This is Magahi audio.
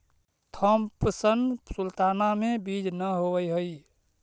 थॉम्पसन सुल्ताना में बीज न होवऽ हई